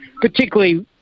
particularly